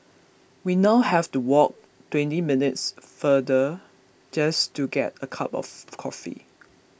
we now have to walk twenty minutes farther just to get a cup of coffee